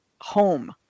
home